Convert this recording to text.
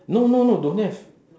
no no no don't have